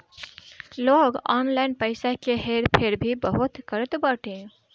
लोग ऑनलाइन पईसा के हेर फेर भी बहुत करत बाटे